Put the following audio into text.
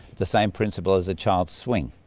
the same principle as a child's swing.